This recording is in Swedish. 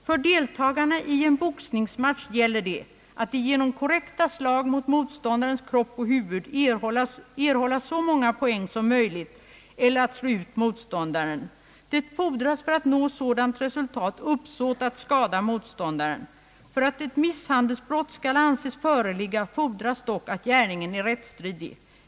För deltagarna i en boxningsmatch gäller det, att de genom korrekta slag mot motståndarens kropp och huvud erhålla så många poäng som möjligt eller att de slå ut motståndaren. Det fordras för att nå sådant resultat uppsåt att skada motståndaren. För att ett misshandelsbrott skall anses föreligga, fordras dock, att gärningen är rättsstridig.